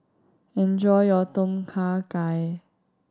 enjoy your Tom Kha Gai